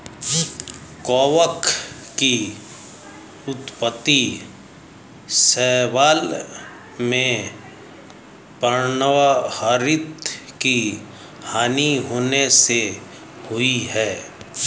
कवक की उत्पत्ति शैवाल में पर्णहरित की हानि होने से हुई है